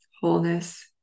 wholeness